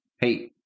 Hey